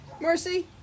Mercy